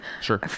Sure